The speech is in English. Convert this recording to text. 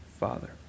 father